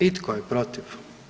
I tko je protiv?